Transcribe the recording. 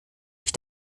ich